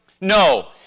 No